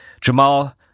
Jamal